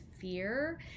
fear